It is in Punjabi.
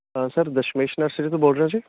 ਸਰ ਦਸ਼ਮੇਸ਼ ਨਰਸਰੀ ਤੋਂ ਬੋਲ ਰਹੇ ਹੋ ਜੀ